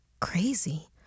crazy